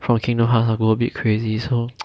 from kingdom hearts I will a bit crazy so